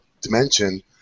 dimension